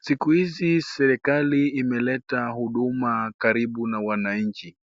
Siku hizi serikali imeleta huduma karibu na wananchi.